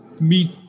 meet